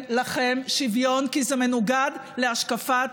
בושה וחרפה.